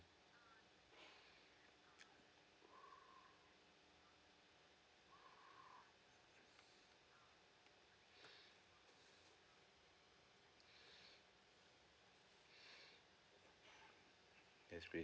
yes please